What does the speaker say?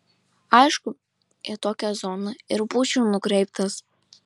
aišku į tokią zoną ir būčiau nukreiptas